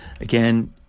again